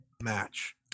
match